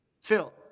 Phil